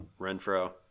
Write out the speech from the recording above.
Renfro